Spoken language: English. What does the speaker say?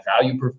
value